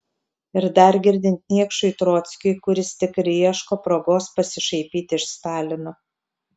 ir dar girdint niekšui trockiui kuris tik ir ieško progos pasišaipyti iš stalino